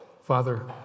Father